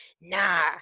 nah